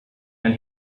and